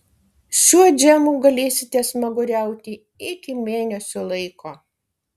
šiuo džemu galėsite smaguriauti iki mėnesio laiko